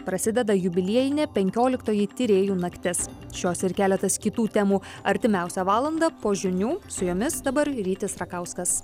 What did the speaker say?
prasideda jubiliejinė penkioliktoji tyrėjų naktis šios ir keletas kitų temų artimiausią valandą po žinių su jomis dabar rytis rakauskas